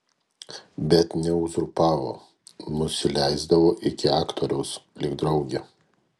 bet neuzurpavo nusileisdavo iki aktoriaus lyg draugė